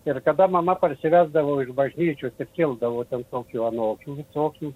ir kada mama parsivesdavo iš bažnyčios ir kildavo ten tokių anokių tokių